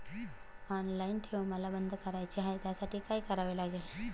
Online ठेव मला बंद करायची आहे, त्यासाठी काय करावे लागेल?